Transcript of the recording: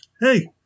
hey